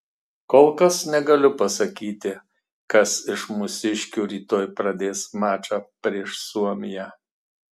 kol kas negaliu pasakyti kas iš mūsiškių rytoj pradės mačą prieš suomiją